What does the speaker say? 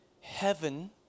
heaven